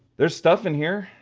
there's stuff in here.